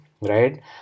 right